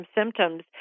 symptoms